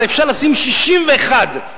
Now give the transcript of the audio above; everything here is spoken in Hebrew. הרי אפשר לשים 61 שרים,